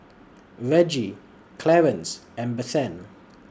Reggie Clarance and Bethann